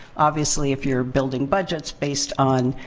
obviously, if you're building budgets based on